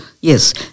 yes